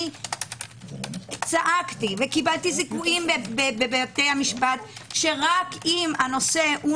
אני צעקתי וקיבלתי זיכויים בבתי המשפט שרק אם הנושא הוא